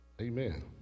Amen